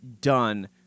done